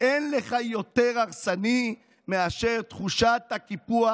שאין לך יותר הרסני מאשר תחושת הקיפוח